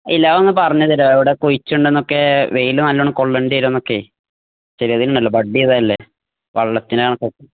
ഇല്ല അതൊന്ന് പറഞ്ഞുതരുമോ എവിടെയാണ് കുഴിച്ചിടേണ്ടതെന്നൊക്കെ വെയില് നല്ലവണ്ണം കൊള്ളേണ്ടിവരുമോയെന്നൊക്കെ ബഡ് ചെയ്തതല്ലേ